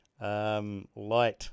light